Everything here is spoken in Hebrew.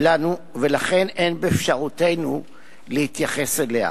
לנו ולכן אין באפשרותנו להתייחס אליה.